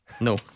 No